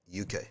UK